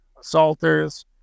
assaulters